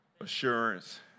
assurance